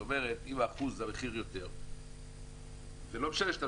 זאת אומרת שאם המחיר גבוה באחוז אחד יותר זה לא משנה שאתה